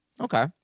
Okay